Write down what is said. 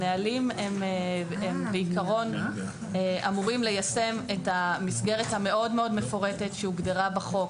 הנהלים בעקרון אמורים ליישם את המסגרת המאוד מאוד מפורטת שהוגדרה בחוק.